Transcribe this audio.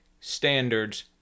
standards